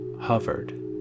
hovered